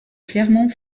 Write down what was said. clermont